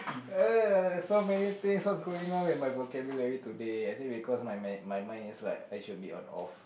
uh so many thing what's going on with my vocabulary today I think because my me~ my mind is like I should be on off